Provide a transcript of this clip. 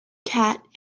cat